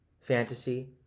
fantasy